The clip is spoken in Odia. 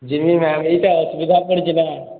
ଯିମି ମ୍ୟାମ୍ ଏଇଟା ଅସୁବିଧା ପଡ଼ିଛିନା